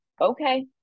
okay